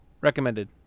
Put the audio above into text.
recommended